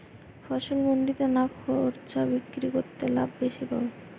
ফসল মন্ডিতে না খুচরা বিক্রি করলে লাভ বেশি পাব?